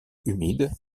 humides